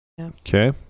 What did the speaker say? Okay